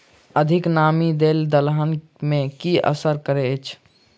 अधिक नामी दालि दलहन मे की असर करैत अछि?